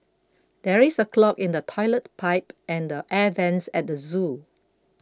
there is a clog in the Toilet Pipe and the Air Vents at the zoo